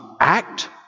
act